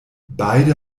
beide